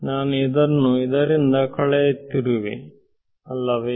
ನಾನು ಇದನ್ನು ಇದರಿಂದ ಕಳೆಯುತ್ತಿರುವವೇ ಅಲ್ಲವೇ